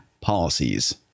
policies